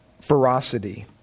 ferocity